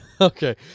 Okay